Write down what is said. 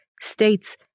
states